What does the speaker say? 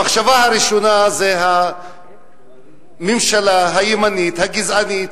המחשבה הראשונה היא הממשלה הימנית הגזענית,